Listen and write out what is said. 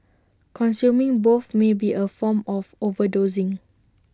consuming both may be A form of overdosing